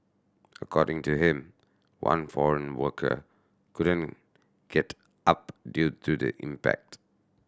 according to him one foreign worker couldn't get up due to the impact